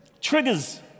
Triggers